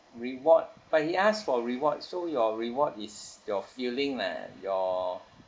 reward but he asked for rewards so your reward is your feeling lah your